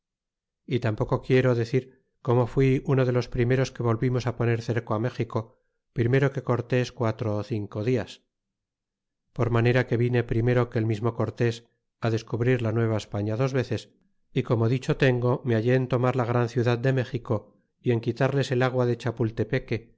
y tampoco quiero decir como fui uno de los primeros que volvimos á poner cerco á méxico primero que cortes quatro ó cinco dias por manera que vine primero que el mismo cortés descubrir la nueva españa dos veces y como dicho tengo me hallé en tomar la gran ciudad dé méxico y en quitarles el agua de